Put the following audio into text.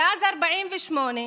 מאז 48',